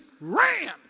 ran